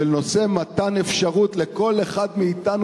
של נושא מתן האפשרות לכל אחד מאתנו